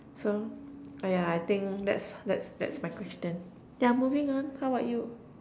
so !aiya! yeah I think that's that's that's my question yeah moving on how about you